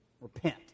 Repent